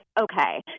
okay